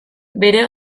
bere